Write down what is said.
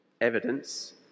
evidence